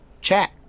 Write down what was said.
chat